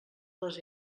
les